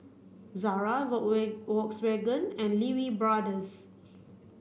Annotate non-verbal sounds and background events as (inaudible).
Zara (unintelligible) Volkswagen and Lee Wee Brothers